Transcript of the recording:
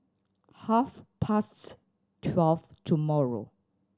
half past twelve tomorrow